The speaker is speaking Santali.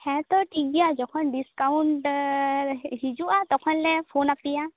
ᱦᱮᱸ ᱛᱚ ᱴᱷᱤᱠ ᱜᱮᱭᱟ ᱡᱚᱠᱷᱚᱱ ᱰᱤᱥᱠᱟᱣᱩᱱᱴ ᱫᱚ ᱦᱤᱡᱩᱜᱼᱟ ᱛᱚᱠᱷᱚᱱᱞᱮ ᱯᱷᱳᱱ ᱟᱯᱮᱭᱟ